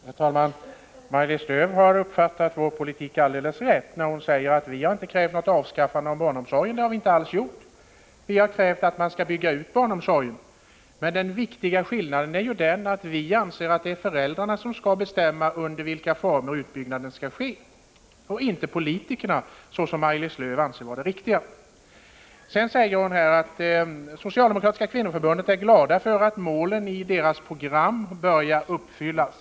Herr talman! Maj-Lis Lööw har uppfattat vår politik alldeles rätt när hon säger att moderaterna inte krävt något avskaffande av barnomsorgen. Nej, det har vi inte gjort. Vi har krävt att man skall bygga ut barnomsorgen. Men den viktiga skillnaden är att vi anser att det är föräldrarna och inte politikerna, vilket Maj-Lis Lööw anser vara det riktiga, som skall bestämma under vilka former utbyggnaden skall ske. Maj-Lis Lööw sade att man inom socialdemokratiska kvinnoförbundet är glad över att målen i dess program börjar uppfyllas.